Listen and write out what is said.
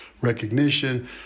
recognition